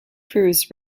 cruz